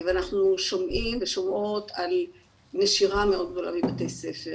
אנחנו שומעים ושומעות על נשירה מאוד גדולה מבתי ספר,